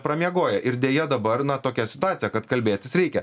pramiegoję ir deja dabar na tokia situacija kad kalbėtis reikia